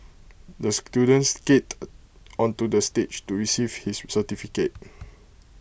the student skated onto the stage to receive his certificate